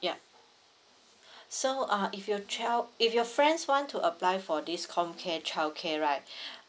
ya so uh if your child if your friends want to apply for this comm care childcare right